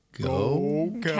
Go